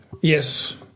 Yes